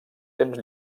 temps